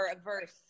averse